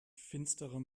finsterer